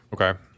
Okay